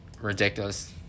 ridiculous